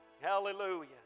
Hallelujah